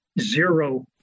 zero